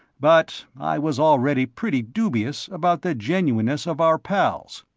but i was already pretty dubious about the genuineness of our pals,